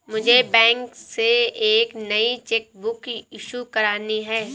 मुझे बैंक से एक नई चेक बुक इशू करानी है